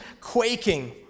quaking